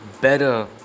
better